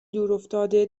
دورافتاده